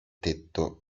tetto